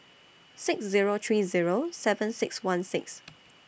six Zero three Zero seven six one six